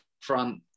front